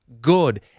good